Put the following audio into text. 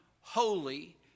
holy